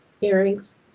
earrings